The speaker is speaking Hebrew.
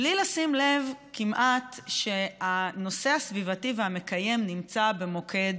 בלי לשים לב כמעט שהנושא הסביבתי והמקיים נמצא במוקד,